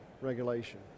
regulation